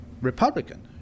Republican